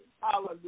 Hallelujah